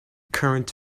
current